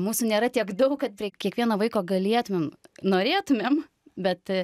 mūsų nėra tiek daug kad prie kiekvieno vaiko galėtumėm norėtumėm bet